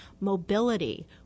Mobility